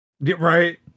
Right